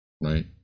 Right